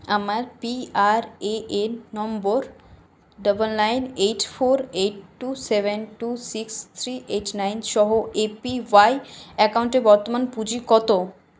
আমার PRAN number double nine eight four eight two seven two six three eight nine সহ APY অ্যাকাউন্টে বর্তমান পুঁজি কত